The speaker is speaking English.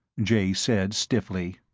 jay said stiffly.